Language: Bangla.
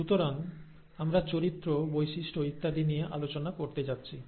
সুতরাং আমরা চরিত্র বৈশিষ্ট্য ইত্যাদি নিয়ে আলোচনা করতে যাচ্ছি